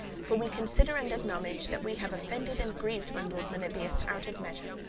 for we consider and acknowledge that we have offended and grieved my lord meliboeus out of measure,